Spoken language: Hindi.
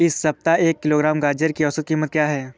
इस सप्ताह एक किलोग्राम गाजर की औसत कीमत क्या है?